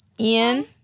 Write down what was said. Ian